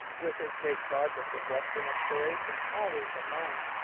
with his great project of western exploration always in mind,